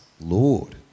Lord